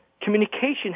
communication